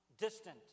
distant